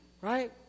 Right